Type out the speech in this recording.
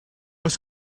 oes